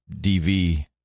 DV